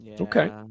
Okay